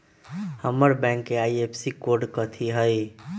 हमर बैंक के IFSC code कथि हई?